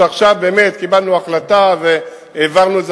ועכשיו באמת קיבלנו החלטה והעברנו את